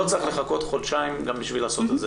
לא צריך לחכות חודשיים בשביל לעשות את זה,